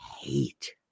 hate